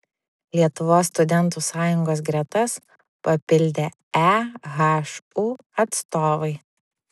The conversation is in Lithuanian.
lietuvos studentų sąjungos gretas papildė ehu atstovai